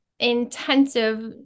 intensive